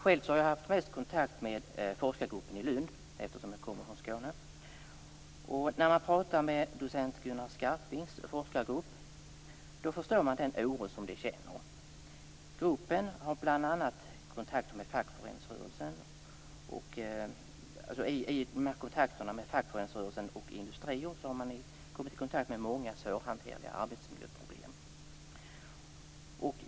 Själv har jag haft mest kontakt med forskargruppen i Lund, eftersom jag kommer från Skåne. När man talar med docent Gunnar Skarpings forskargrupp förstår man den oro som de känner. Gruppen har bl.a. genom kontakter med fackföreningsrörelsen och industrier kommit i kontakt med många svårhanterliga arbetsmiljöproblem.